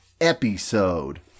episode